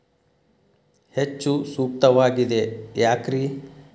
ಹೆಚ್ಚು ಸೂಕ್ತವಾಗಿದೆ ಯಾಕ್ರಿ?